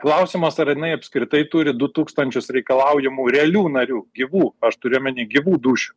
klausimas ar jinai apskritai turi du tūkstančius reikalaujamų realių narių gyvų aš turiu omeny gyvų dūšių